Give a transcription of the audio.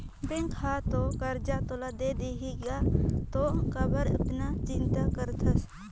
bank हर तो करजा तोला दे देहीगा तें काबर अतना चिंता करथस